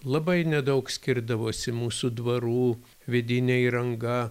labai nedaug skirdavosi mūsų dvarų vidinė įranga